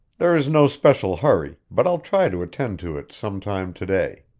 there is no special hurry, but i'll try to attend to it some time to-day.